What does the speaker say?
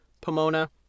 Pomona